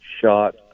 shot